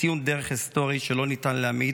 ציון דרך היסטורי שלא ניתן להמעיט